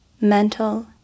mental